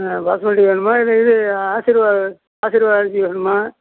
ஆ பாஸ்மதி வேணுமா இல்லை இது ஆசீர்வாத் ஆசீர்வாத் அரிசி வேணுமா